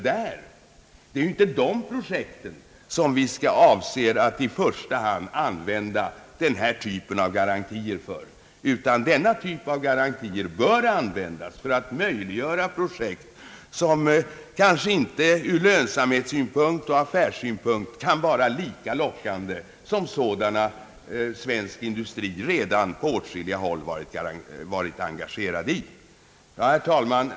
Det är inte för sådana projekt som vi i första hand avser att använda denna typ av garantier, utan de bör användas för att möjliggöra projekt; som ur affärsoch lönsamhetssynpunkt kanske inte är lika lockande som dé svensk industri på åtskilliga håll varit engagerad i. v Herr talman!